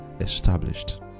established